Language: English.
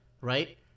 Right